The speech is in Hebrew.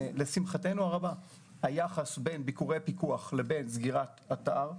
לשמחתנו הרבה היחס בין ביקורי פיקוח לבין סגירת אתר ירד.